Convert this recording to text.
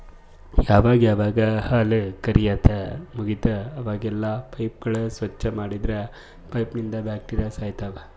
ಯಾವಾಗ್ ಯಾವಾಗ್ ಹಾಲ್ ಕರ್ಯಾದ್ ಮುಗಿತದ್ ಅವಾಗೆಲ್ಲಾ ಪೈಪ್ಗೋಳ್ ಸ್ವಚ್ಚ್ ಮಾಡದ್ರ್ ಪೈಪ್ನಂದ್ ಬ್ಯಾಕ್ಟೀರಿಯಾ ಸಾಯ್ತವ್